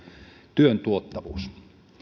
työn tuottavuus